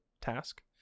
task